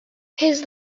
his